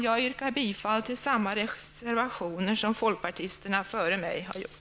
Jag yrkar bifall till samma reservationer som folkpartisterna före mig har gjort.